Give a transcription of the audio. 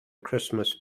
christmas